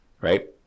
right